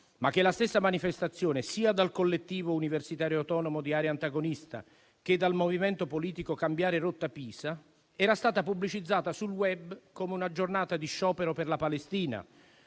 ma che la stessa manifestazione, sia dal Collettivo universitario autonomo di area antagonista che dal movimento politico «Cambiare rotta Pisa», era stata pubblicizzata sul *web* come una giornata di sciopero per la Palestina